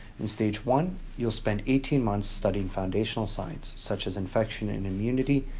in stage one, you'll spend eighteen months studying foundational science, such as infection and immunity,